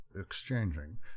exchanging